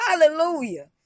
hallelujah